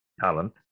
talent